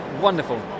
wonderful